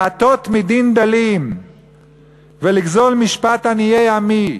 להטות מדין דלים ולגזול משפט עניי עמי,